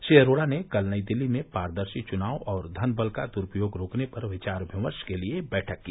श्री अरोड़ा ने कल नई दिल्ली में पारदर्शी चुनाव और धन बल का द्रूपयोग रोकने पर विचार विमर्श के लिए बैठक की